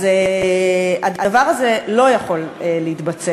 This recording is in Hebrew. אז הדבר הזה לא יכול להתבצע,